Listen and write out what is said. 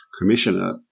Commissioner